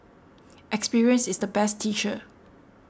experience is the best teacher